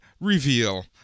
reveal